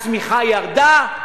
הצמיחה ירדה?